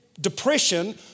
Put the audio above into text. depression